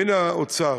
והנה האוצר,